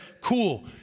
cool